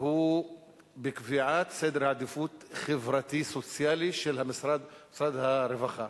הוא בקביעת סדר עדיפויות חברתי-סוציאלי של משרד הרווחה